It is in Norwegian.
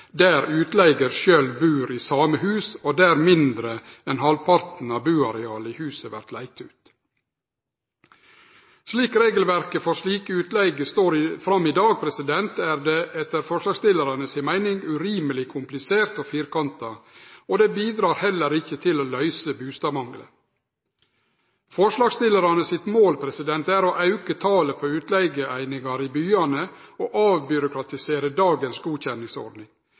der utleigaren sjølv bur i same hus, og der mindre enn halvparten av buarealet i huset vert leigd ut. Slik regelverket for slik utleige er i dag, er det etter forslagsstillarane si meining urimeleg komplisert og firkanta, og det bidreg heller ikkje til å løyse bustadmangelen. Forslagsstillarane sitt mål er å auke talet på utleigeeiningar i byane og avbyråkratisere dagens godkjenningsordning.